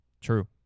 True